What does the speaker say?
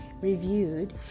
reviewed